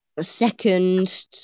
second